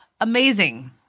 Amazing